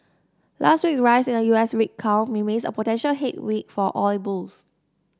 last week rise in the U S rig count remains a potential headwind for oil bulls